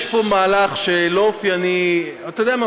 יש פה מהלך שלא אופייני, אתה יודע מה?